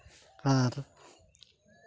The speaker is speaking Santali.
ᱟᱨ